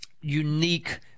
unique